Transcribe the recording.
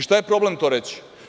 Šta je problem to reći?